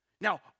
Now